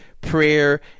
prayer